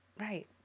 Right